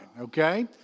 okay